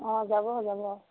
অঁ যাব যাব